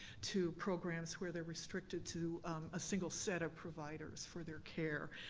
to programs where they're restricted to a single set of providers for their care.